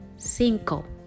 Cinco